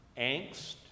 angst